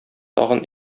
тагын